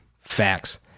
facts